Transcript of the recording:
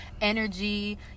energy